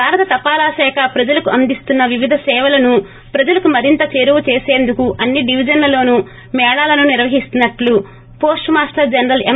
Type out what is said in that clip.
భారత తపాలా శాఖ ప్రజలకు అందిస్తున్న వివిధ సేవలను ప్రజలకు మరింత చేరువ చేసందుకు అన్ని డివిజన్లలోనూ మేళాలను నిర్వహిస్తున్నట్లు వోస్టు మాస్టర్ జనరల్ ఎం